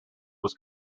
was